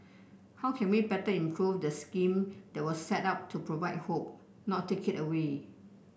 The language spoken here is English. how can we better improve the scheme there was set up to provide hope not take it away